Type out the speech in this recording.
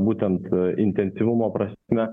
būtent intensyvumo prasme